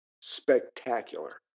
spectacular